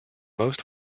most